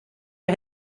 der